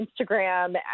Instagram